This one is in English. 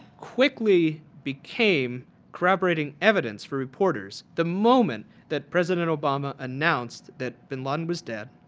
quickly became corroborating evidence for reporters the moment that president obama announced that bin laden was dead.